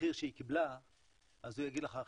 במחיר שהיא קיבלה אז הוא יגיד לך 1.8,